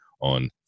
on